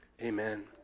Amen